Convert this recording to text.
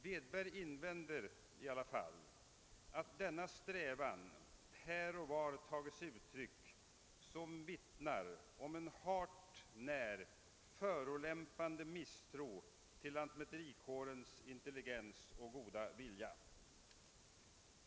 Wedberg invänder i alla fall att denna strävan här och var tagit sig uttryck som vittnar om en hart när förolämpande misstro till lantmäterikårens intelligens och goda vilja.